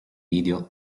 video